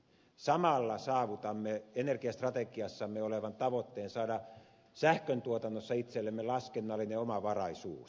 samalla saavutamme energiastrategiassamme olevan tavoitteen saada sähkön tuotannossa itsellemme laskennallinen omavaraisuus